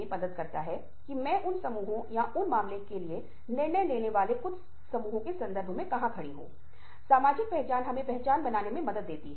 बहुत सी ध्वनियाँ जो हमारे आसपास हैं लेकिन हमें उन सभी को सुनने की आवश्यकता नहीं है आप देखते हैं कि मस्तिष्क एक समय में एक ही बात पर ध्यान केंद्रित करने में सक्षम है